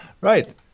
Right